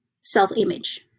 self-image